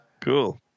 cool